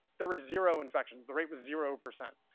there were zero infections. the rate was zero percent.